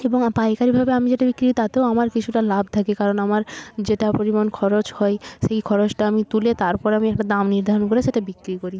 এবং পাইকারিভাবে আমি যেটা বিক্রি তাতেও আমার কিছুটা লাভ থাকে কারণ আমার যেটা পরিমাণ খরচ হয় সেই খরচটা আমি তুলে তারপর আমি একটা দাম নির্ধারণ করে সেটা বিক্রি করি